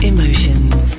Emotions